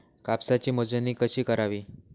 कापसाची मोजणी कशी करावी?